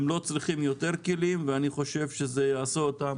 הם לא צריכים יותר כלים ואני חושב שזה יעשה אותן